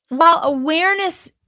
well, awareness,